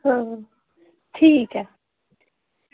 आं ठीक ऐ